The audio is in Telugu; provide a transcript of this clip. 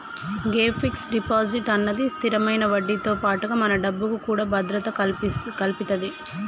గే ఫిక్స్ డిపాజిట్ అన్నది స్థిరమైన వడ్డీతో పాటుగా మన డబ్బుకు కూడా భద్రత కల్పితది